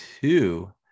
two